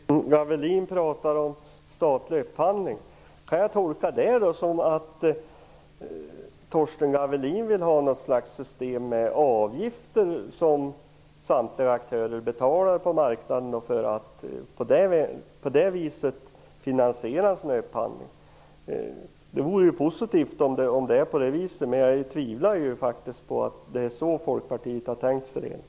Fru talman! Torsten Gavelin pratar om statlig upphandling. Kan jag tolka det så, att Torsten Gavelin vill ha något slags system med avgifter som samtliga aktörer på marknaden betalar, för att på det viset finansiera sin upphandling? Det vore positivt om det var på det viset, men jag tvivlar faktiskt på att det är så Folkpartiet har tänkt sig det.